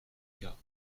cas